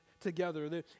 together